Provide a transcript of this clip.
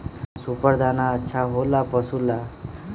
का सुपर दाना अच्छा हो ला पशु ला?